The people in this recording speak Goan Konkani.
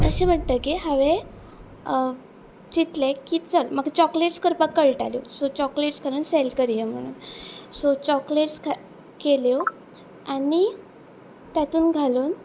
तशें म्हणटकीर हांवें चितलें की चल म्हाका चॉकलेट्स करपाक कळटाल्यो सो चॉकलेट्स खूब सेल करया म्हणून सो चॉकलेट्स केल्यो आनी तातून घालून